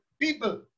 people